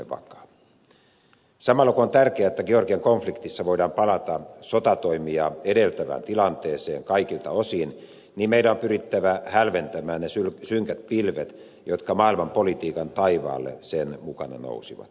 samalla kun on tärkeätä että georgian konf liktissa voidaan palata sotatoimia edeltävään tilanteeseen kaikilta osin meidän on pyrittävä hälventämään ne synkät pilvet jotka maailmanpolitiikan taivaalle sen mukana nousivat